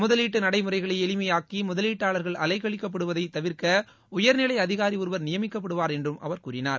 முதலீட்டு நடைமுறைகளை எளிமைபாக்கி முதலீட்டாளர்கள் அலைக்கழிக்கப்படுவதை தவிர்க்க உயர்நிலை அதிகாரி ஒருவர் நியமிக்கப்படுவார் என்றும் அவர் கூறினார்